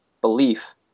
belief